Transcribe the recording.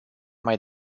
mai